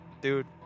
Dude